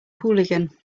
hooligan